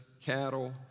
cattle